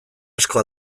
asko